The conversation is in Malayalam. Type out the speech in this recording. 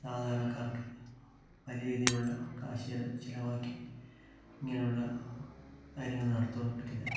സാധാരണക്കാർക്ക് വലിയ രീതിയിലുള്ള കാശ് ചിലവാക്കി ഇങ്ങനെയുള്ള കാര്യങ്ങൾ നടത്തുവാൻ പറ്റില്ല